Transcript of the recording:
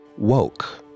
woke